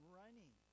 running